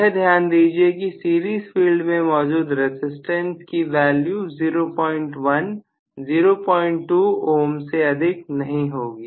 यह ध्यान दीजिए कि सीरीज फील्ड में मौजूद रजिस्टेंस की वैल्यू 01 02 ohm से अधिक नहीं होगी